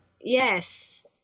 Yes